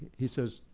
he says,